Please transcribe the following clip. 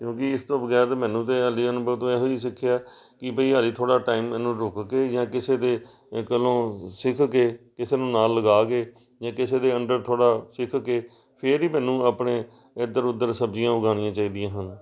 ਕਿਉਂਕਿ ਇਸ ਤੋਂ ਬਗੈਰ ਮੈਨੂੰ ਤਾਂ ਹਾਲੀ ਅਨੁਭਵ ਤੋਂ ਇਹੋ ਹੀ ਸਿੱਖਿਆ ਕਿ ਬਈ ਹਾਲੀ ਥੋੜ੍ਹਾ ਟਾਈਮ ਮੈਨੂੰ ਰੁਕ ਕੇ ਜਾਂ ਕਿਸੇ ਦੇ ਕੋਲੋਂ ਸਿੱਖ ਕੇ ਕਿਸੇ ਨੂੰ ਨਾਲ ਲਗਾ ਕੇ ਜਾਂ ਕਿਸੇ ਦੇ ਅੰਡਰ ਥੋੜ੍ਹਾ ਸਿੱਖ ਕੇ ਫਿਰ ਹੀ ਮੈਨੂੰ ਆਪਣੇ ਇੱਧਰ ਉੱਧਰ ਸਬਜ਼ੀਆਂ ਉਗਾਉਣੀਆਂ ਚਾਹੀਦੀਆਂ ਹਨ